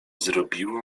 zrobiło